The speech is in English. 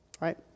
right